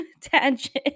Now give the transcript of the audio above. tangent